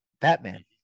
Batman